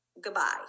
goodbye